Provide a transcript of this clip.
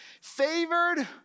favored